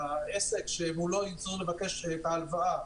העסק שמולו יצטרכו לבקש את ההלוואה,